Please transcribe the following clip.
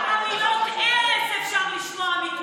כמה מילות ארס אפשר לשמוע מכם?